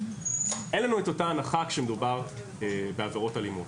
אין לנו את אותה הנחה כאשר מדובר בעבירות אלימות.